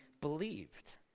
believed